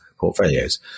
portfolios